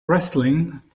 wrestling